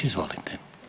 Izvolite.